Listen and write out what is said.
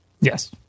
Yes